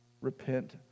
Repent